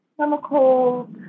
chemicals